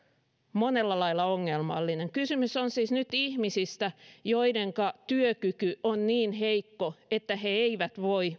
monella lailla ongelmallinen kysymys on siis nyt ihmisistä joidenka työkyky on niin heikko että he määritelmällisesti eivät voi